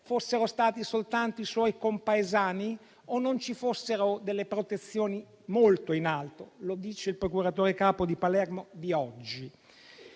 siano stati soltanto i suoi compaesani o non ci fossero delle protezioni molto in alto? Lo dice il procuratore capo di Palermo oggi.